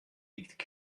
liegt